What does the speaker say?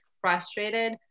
frustrated